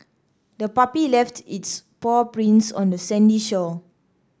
the puppy left its paw prints on the sandy shore